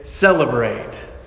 Celebrate